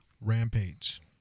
Rampage